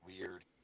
weird